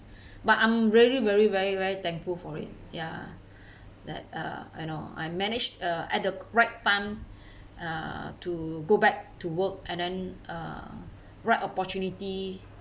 but I'm really very very very thankful for it ya that uh you know I managed uh at the right time uh to go back to work and then uh right opportunity